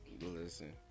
listen